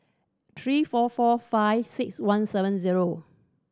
three four four five six one seven zero